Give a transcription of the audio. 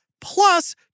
plus